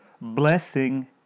Blessing